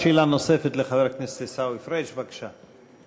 שאלה נוספת לחבר הכנסת עיסאווי פריג', בבקשה.